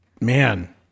man